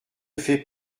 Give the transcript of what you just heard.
fait